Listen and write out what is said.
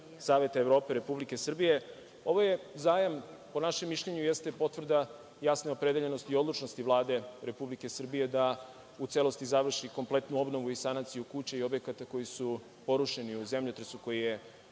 Saveta Evrope i Republike Srbije. Ovaj zajam, po našem mišljenju, jeste potvrda jasne opredeljenosti i odlučnosti Vlade Republike Srbije da u celosti završi kompletnu obnovu i sanaciju kuće i objekata koji su porušeni u zemljotresu koji je